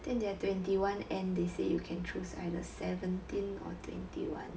then there are twenty one N they say you can choose either seventeen or twenty one